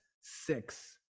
six